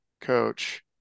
coach